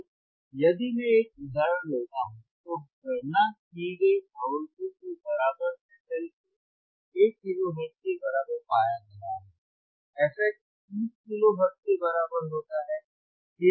इसलिए यदि मैं एक उदाहरण लेता हूं तो गणना की गई आवृत्तियों को बराबर fL को 1 किलोहर्ट्ज़ के बराबर पाया गया fH 30 किलो हर्ट्ज के बराबर होता है